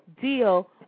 deal